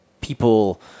people